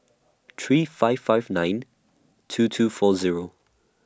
three five five nine two two four Zero